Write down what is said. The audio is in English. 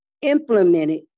implemented